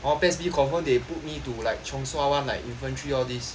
hor PES B confirm they put me to like chiong sua [one] like infantry all these